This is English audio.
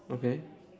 okay